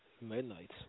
Midnight